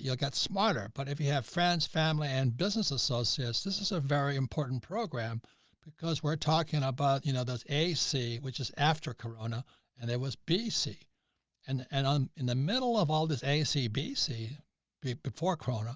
you'll got smarter, but if you have friends, family, and business associates, this is a very important program because we're talking about, you know, those ac, which is after corona and it was bc and and i'm in the middle of all this acbc before krone,